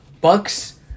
Bucks